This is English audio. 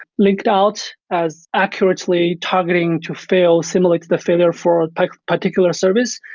linked out as accurately targeting to fail, simulate the failure for particular service.